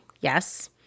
yes